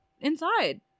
inside